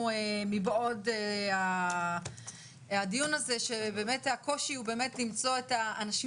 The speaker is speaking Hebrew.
מבעוד הדיון הזה שבאמת הקושי הוא למצוא את האנשים